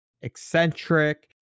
eccentric